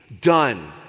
done